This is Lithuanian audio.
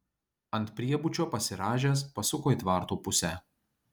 ant priebučio pasirąžęs pasuko į tvartų pusę